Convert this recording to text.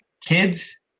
kids